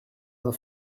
dans